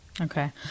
Okay